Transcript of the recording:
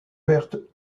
vertes